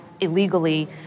illegally